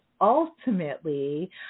ultimately